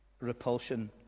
repulsion